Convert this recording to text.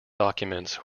documents